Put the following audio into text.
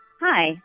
Hi